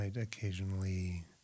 occasionally